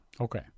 Okay